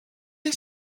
les